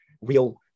real